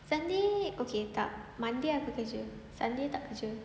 sunday okay tak monday aku kerja sunday tak kerja